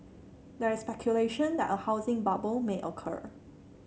there is speculation that a housing bubble may occur